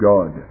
God